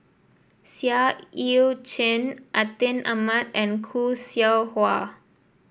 Seah Eu Chin Atin Amat and Khoo Seow Hwa